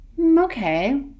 okay